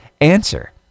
answer